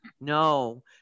No